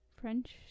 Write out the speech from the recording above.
french